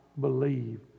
believe